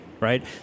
right